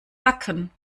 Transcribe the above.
backen